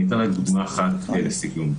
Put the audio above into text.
אני אתן רק דוגמה אחת לסיכום.